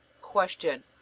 Question